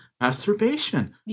masturbation